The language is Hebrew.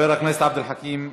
חבר הכנסת עבד אל חכים חאג'